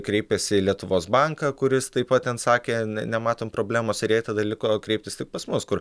kreipėsi į lietuvos banką kuris taip pat ten sakė ne nematom problemos ir jai tada liko kreiptis tik pas mus kur